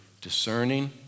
discerning